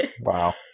Wow